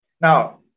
now